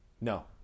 No